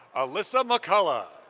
alyssa mccollough.